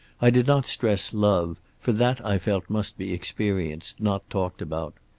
i did not stress love, for that i felt must be experienced, not talked about.